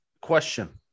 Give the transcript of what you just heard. question